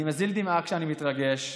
אני מזיל דמעה כשאני מתרגש.